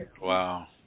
Wow